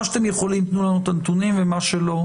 מה שאתם יכולים, תנו לנו את הנתונים, ומה שלא,